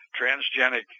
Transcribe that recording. transgenic